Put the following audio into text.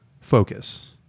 focus